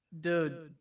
dude